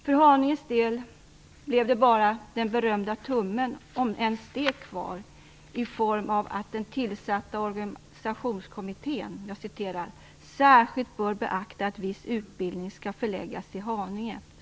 För Haninges del blev det bara den berömda tummen, om ens det, kvar i form av den tillsatta organisationskommittén. Jag citerar: "Särskilt bör beaktas att viss utbildning skall förläggas till Haninge."